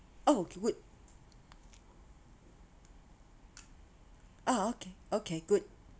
oh good oh okay okay good